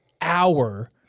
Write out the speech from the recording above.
hour